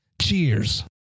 Cheers